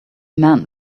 man